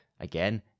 again